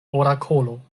orakolo